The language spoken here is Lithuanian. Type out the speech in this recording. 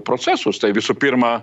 procesus tai visų pirma